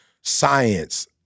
science